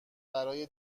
برای